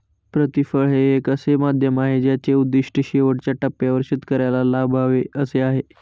प्रतिफळ हे एक असे माध्यम आहे ज्याचे उद्दिष्ट शेवटच्या टप्प्यावर शेतकऱ्याला लाभावे असे आहे